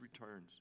returns